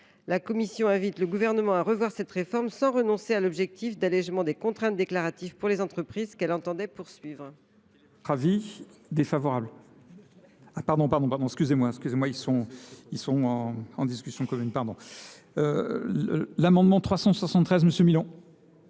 La commission invite le Gouvernement à revoir cette réforme sans renoncer à l’objectif d’allégement des contraintes déclaratives pour les entreprises qu’elle entendait poursuivre.